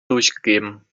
durchgegeben